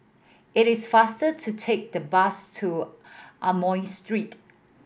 it is faster to take the bus to Amoy Street